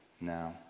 now